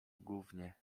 gównie